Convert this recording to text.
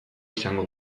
izango